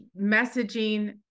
messaging